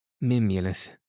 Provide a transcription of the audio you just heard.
mimulus